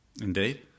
Indeed